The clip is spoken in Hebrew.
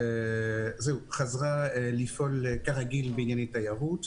חזרה לפעול כרגיל בענייני תיירות.